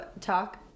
talk